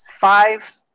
five